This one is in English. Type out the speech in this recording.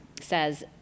says